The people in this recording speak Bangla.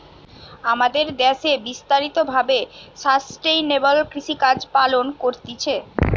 আমাদের দ্যাশে বিস্তারিত ভাবে সাস্টেইনেবল কৃষিকাজ পালন করতিছে